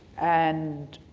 and